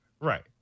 Right